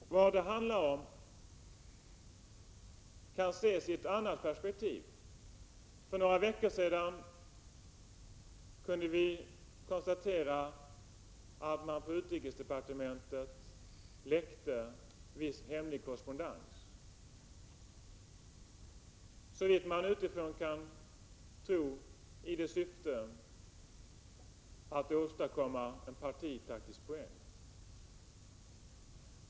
Vad det handlar om kan ses i ett annat perspektiv. För några veckor sedan kunde vi konstatera att man på utrikesdepartementet läckte viss hemlig korrespondens, såvitt man utifrån kan tro i syfte att åstadkomma en partitaktisk poäng.